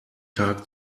tag